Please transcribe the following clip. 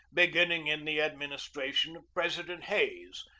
beginning in the adminis tration of president hayes,